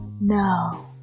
no